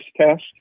test